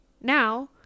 Now